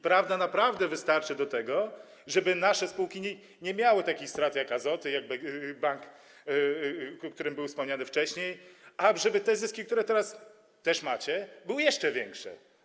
Prawda naprawdę wystarczy do tego, żeby nasze spółki nie miały takich strat jak Azoty, jak bank, który był wymieniony wcześniej, ale żeby te zyski, które teraz też macie, były jeszcze większe.